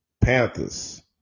Panthers